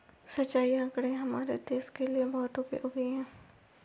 सिंचाई आंकड़े हमारे देश के लिए बहुत उपयोगी है